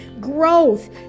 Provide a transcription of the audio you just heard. Growth